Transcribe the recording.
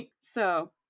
So-